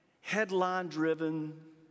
headline-driven